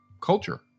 culture